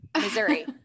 Missouri